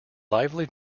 lively